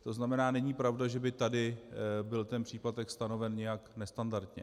To znamená, není pravda, že by tady byl ten příplatek stanoven nějak nestandardně.